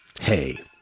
Hey